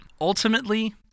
Ultimately